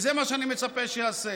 וזה מה שאני מצפה שייעשה.